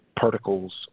particles